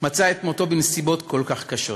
מצא את מותו בנסיבות כל כך קשות.